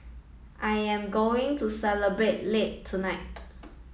I am going to celebrate late tonight